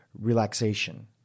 relaxation